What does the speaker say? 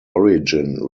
origin